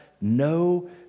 no